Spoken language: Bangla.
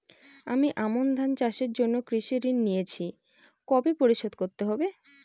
আমি আমন ধান চাষের জন্য কৃষি ঋণ নিয়েছি কবে পরিশোধ করতে হবে?